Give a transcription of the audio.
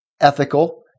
ethical